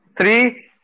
Three